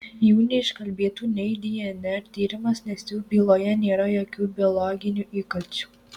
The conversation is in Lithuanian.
jų neišgelbėtų nei dnr tyrimas nes jų byloje nėra jokių biologinių įkalčių